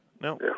no